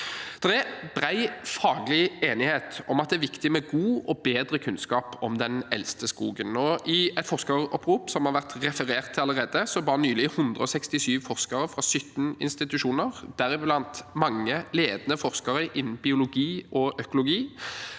er bred faglig enighet om at det er viktig med god og bedre kunnskap om den eldste skogen. I et forskeropprop, som allerede har vært referert til, ba nylig 167 forskere fra 17 institusjoner, deriblant mange ledende forskere innen biologi og økologi,